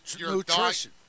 nutrition